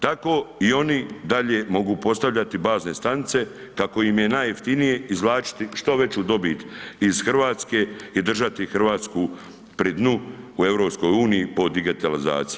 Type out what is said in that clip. Tako i oni dalje mogu postavljati bazne stanice kako im je najjeftinije, izvlačiti što veću dobit iz Hrvatske i držati Hrvatsku pri dnu u EU po digitalizaciji.